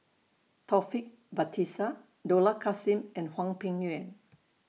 Taufik Batisah Dollah Kassim and Hwang Peng Yuan